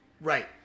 right